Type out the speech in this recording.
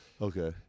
Okay